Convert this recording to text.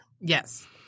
Yes